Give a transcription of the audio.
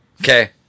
Okay